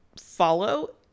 follow